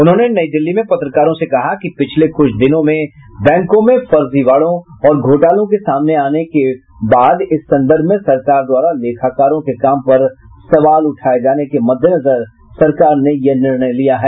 उन्होंने नई दिल्ली में पत्रकारों से कहा कि पिछले कुछ दिनों में बैंकों में फर्जीवाड़ों और घोटालों के सामने आने और इस संदर्भ में सरकार द्वारा लेखाकरों के काम पर सवाल उठाये जाने के मद्देनजर सरकार ने यह निर्णय लिया है